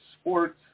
sports